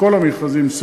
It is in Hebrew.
בכל המכרזים,